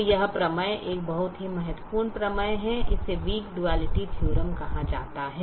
तो यह प्रमेय एक बहुत ही महत्वपूर्ण प्रमेय है इसे वीक डुआलिटी थीओरम कहा जाता है